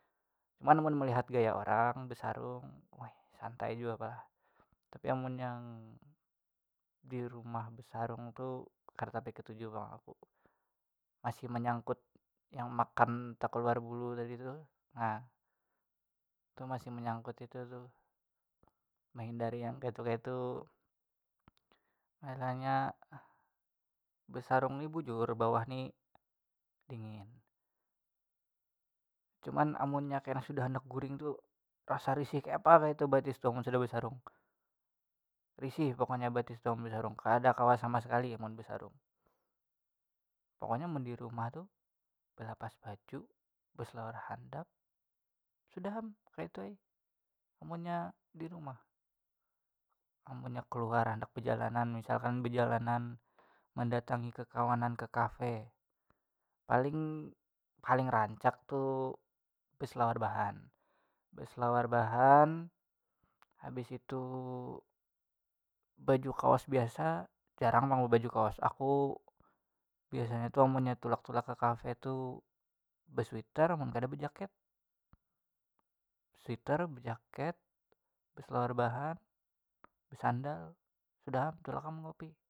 Cuman mun melihat gaya orang besarung, mah santai jua lah, tapi amun yang di rumah, besarung tu kada tapi ketuju pang aku, masih menyangkut yang makan takaluar bulu tadi tu nah, tu masih manyangkut itu tu mehindari yang kayatu kayatu, masalahnya besarung ni bujur bawah ni dingin, cuman amunnya kena sudah handak guring tu rasa risih kayapa batis tu amun sudah besarung risih pokoknya batis tu mun besarung kada kawa sama sekali mun besarung pokoknya mun dirumah tu belapas baju beselawar handap sudah am kayatu ai amunnya dirumah, amunnya kaluar handak bejalanan misalkan bajalanan mendatangi kawanan ka kafe paling paling rancak tu besalawar bahan beselawar bahan habis itu baju kaos biasa jarang pang bebaju kaos aku biasanya tu amun tulak tulak ke kafe tu besweater amun kada bejaket sweater bejaket beselawar bahan besandal sudah am tulak am ngopi.